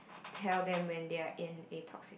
tell them when they are in A talks